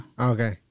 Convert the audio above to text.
okay